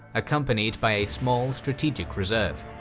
accompanied by a small strategic reserve.